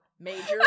Major